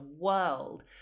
world